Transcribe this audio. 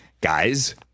Guys